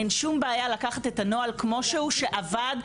אין שום בעיה לקחת את הנוהל שעבד כמו שהוא.